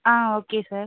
ah okay sir